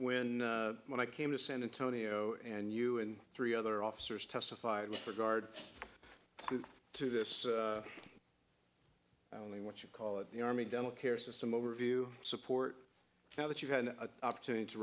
when i came to san antonio and you and three other officers testified with regard to this only what you call it the army dental care system overview support now that you had an opportunity to